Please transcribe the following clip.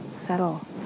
settle